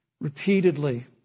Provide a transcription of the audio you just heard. repeatedly